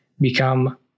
become